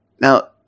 Now